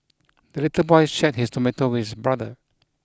the little boy shared his tomato with his brother